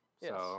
Yes